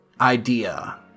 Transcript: idea